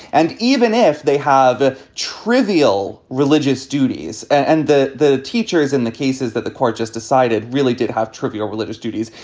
and even if they have a trivial religious duties and the the teachers in the cases that the court just decided really did have trivial religious duties,